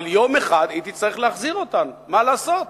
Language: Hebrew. אבל יום אחד היא תצטרך להחזיר אותם, מה לעשות.